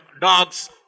dogs